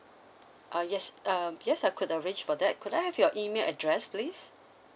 uh yes uh yes I could arrange for that could I have your email address please